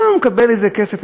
גם מקבל איזה כסף,